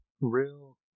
real